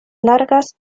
largas